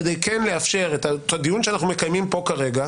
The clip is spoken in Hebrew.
כדי כן לאפשר את הדיון שאנחנו מקיימים פה כרגע.